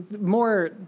more